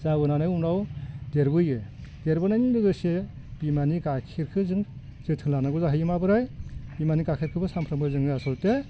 जाबोनानै उनाव देरबोयो देरबोनायनि लोगोसे बिमानि गायखेरखौ जों जोथोन लानांगौ जाहैयो माब्रै बिमानि गायखेरखौबो सामफ्रामबो जोङो आसलथे हागौमानि